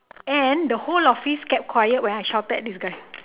and the whole office kept quiet when I shouted at this guy